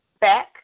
back